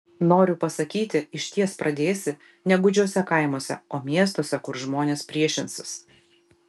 noriu pasakyti išties pradėsi ne gūdžiuose kaimuose o miestuose kur žmonės priešinsis